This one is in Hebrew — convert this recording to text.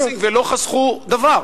יצא שיצאו לליסינג ולא חסכו דבר.